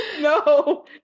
no